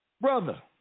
Brother